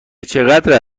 چقدر